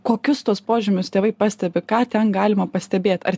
kokius tuos požymius tėvai pastebi ką ten galima pastebėt ar